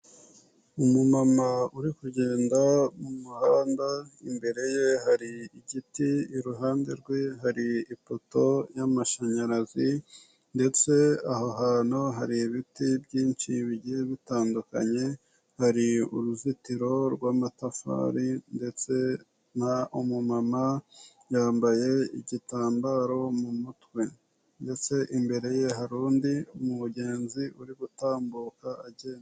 Umu mama uri kugenda mu muhanda, imbere ye hari igiti, iruhande rwe hari ipoto y'amashanyarazi, ndetse aho hantu hari ibiti byinshi bigiye bitandukanye, hari uruzitiro rw'amatafari, ndetse umu mama yambaye igitambaro mu mutwe, ndetse imbere ye hari undi mugenzi uri gutambuka agenda.